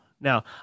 Now